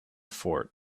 fort